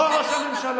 אדוני היושב-ראש,